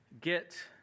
Get